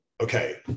Okay